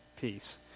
peace